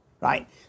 right